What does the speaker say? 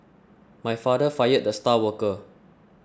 my father fired the star worker